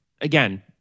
again